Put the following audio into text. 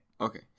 Okay